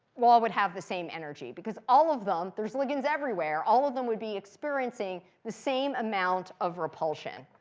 all all would have the same energy. because all of them there's ligands everywhere all of them would be experiencing the same amount of repulsion.